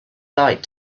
light